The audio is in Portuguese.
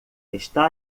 está